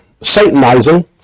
satanizing